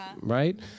right